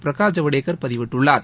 பிரகாஷ் ஜவடேசர் பதிவிட்டுள்ளார்